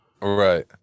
Right